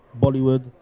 Bollywood